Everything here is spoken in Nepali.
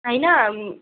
होइन